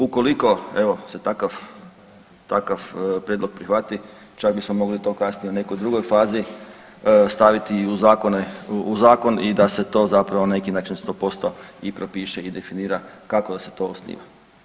Ukoliko evo se takav, takav prijedlog prihvati čak bismo mogli to kasnije u nekoj drugoj fazi staviti i u zakone, u zakon i da se to zapravo na neki način 100% i propiše i definira kako da se to osniva.